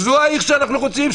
זו העיר שאנחנו רוצים?